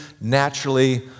naturally